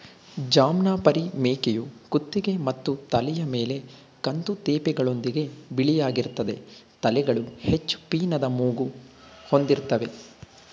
ಜಮ್ನಾಪರಿ ಮೇಕೆಯು ಕುತ್ತಿಗೆ ಮತ್ತು ತಲೆಯ ಮೇಲೆ ಕಂದು ತೇಪೆಗಳೊಂದಿಗೆ ಬಿಳಿಯಾಗಿರ್ತದೆ ತಲೆಗಳು ಹೆಚ್ಚು ಪೀನದ ಮೂಗು ಹೊಂದಿರ್ತವೆ